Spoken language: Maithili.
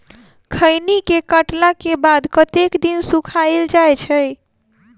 खैनी केँ काटला केँ बाद कतेक दिन सुखाइल जाय छैय?